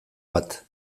bat